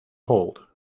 hold